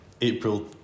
April